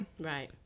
Right